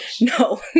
No